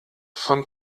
von